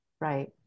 right